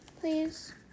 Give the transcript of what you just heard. please